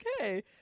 Okay